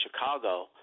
Chicago